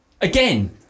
Again